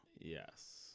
yes